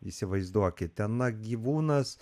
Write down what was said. įsivaizduokite na gyvūnas